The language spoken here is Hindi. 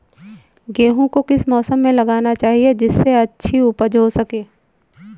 गेहूँ को किस मौसम में लगाना चाहिए जिससे अच्छी उपज हो सके?